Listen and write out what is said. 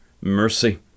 mercy